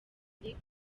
patrick